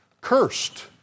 cursed